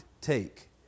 take